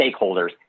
stakeholders